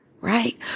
Right